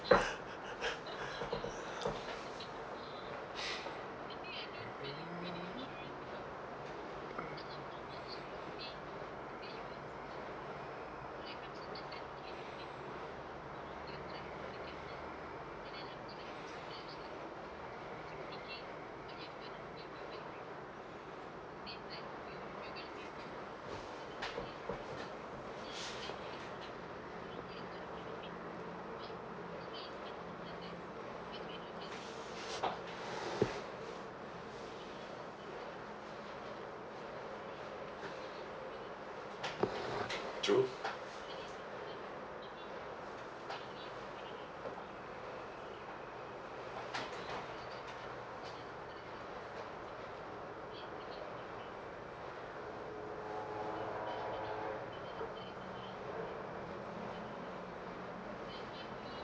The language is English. true